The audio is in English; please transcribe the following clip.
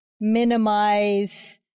minimize